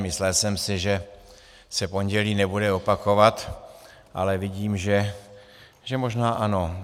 Myslel jsem si, že se pondělí nebude opakovat, ale vidím, že možná ano.